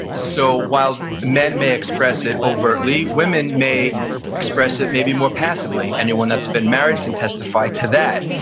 so while men may express it overtly women may express it maybe more passively. anyone that's been married can testify to that.